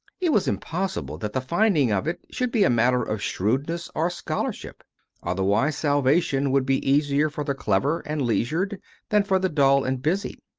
it was impossible that the finding of it should be a matter of shrewdness or scholarship otherwise salvation would be easier for the clever and leisured than for the dull and busy.